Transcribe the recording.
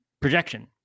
projection